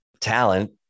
talent